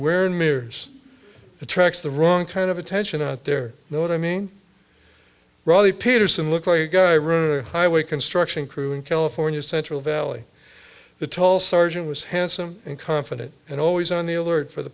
wearing mirrors attracts the wrong kind of attention out there know what i mean riley peterson looked like a guy room highway construction crew in california's central valley the tall sergeant was handsome and confident and always on the alert for the